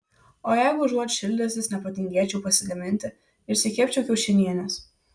o jeigu užuot šildęsis nepatingėčiau pasigaminti išsikepčiau kiaušinienės